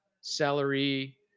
celery